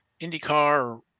IndyCar